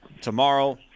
tomorrow